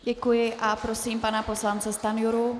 Děkuji a prosím pana poslance Stanjuru.